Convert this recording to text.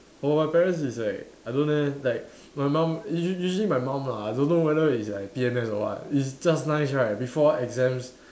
for my parents is like I don't know leh like my mum usually usually my mum lah I don't know whether is like P_M_S or what it's just nice right before exams